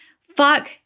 Fuck